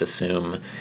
assume